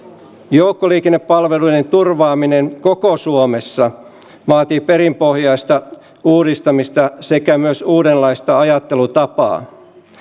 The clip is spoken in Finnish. joukkoliikennepalveluiden turvaaminen koko suomessa vaatii perinpohjaista uudistamista sekä myös uudenlaista ajattelutapaa